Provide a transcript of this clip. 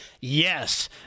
yes